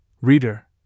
reader